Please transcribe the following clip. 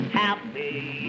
happy